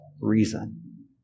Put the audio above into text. reason